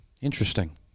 interesting